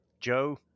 Joe